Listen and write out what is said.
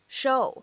show